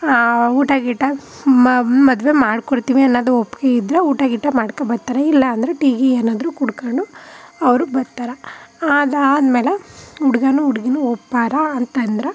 ಹಾಂ ಊಟ ಗೀಟ ಮದುವೆ ಮಾಡ್ಕೊಡ್ತೀವಿ ಅನ್ನೋದು ಒಪ್ಪಿಗೆ ಇದ್ದರೆ ಊಟ ಗೀಟ ಮಾಡ್ಕೊ ಬರ್ತಾರೆ ಇಲ್ಲ ಅಂದ್ರೆ ಟೀ ಗೀ ಏನಾದ್ರೂ ಕುಡ್ಕೊಂಡು ಅವರು ಬರ್ತಾರೆ ಆದಾದ್ಮೇಲೆ ಹುಡ್ಗನೂ ಹುಡ್ಗೀನೂ ಒಪ್ಪಾರ ಅಂತಂದ್ರೆ